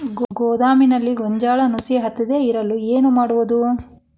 ಗೋದಾಮಿನಲ್ಲಿ ಗೋಂಜಾಳ ನುಸಿ ಹತ್ತದೇ ಇರಲು ಏನು ಮಾಡುವುದು?